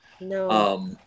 No